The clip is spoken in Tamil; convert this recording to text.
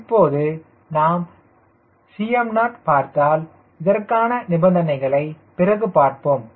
இப்போது நாம் 𝐶m0 பார்த்தால் இதற்கான நிபந்தனைகளை பிறகு பார்ப்போம்